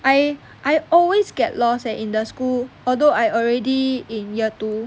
I I always get lost eh in the school although I already in year two